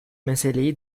meseleyi